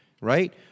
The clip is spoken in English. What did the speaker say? right